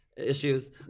issues